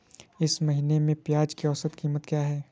इस महीने में प्याज की औसत कीमत क्या है?